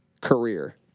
career